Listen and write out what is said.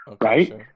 Right